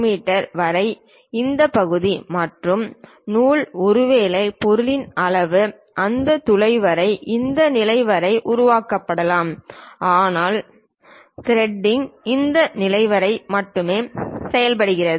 me வரை இந்த பகுதி மற்றும் நூல் ஒருவேளை பொருளின் அளவு அந்த துளை வரை இந்த நிலை வரை உருவாக்கப்படலாம் ஆனால் த்ரெட்டிங் இந்த நிலை வரை மட்டுமே செய்யப்படுகிறது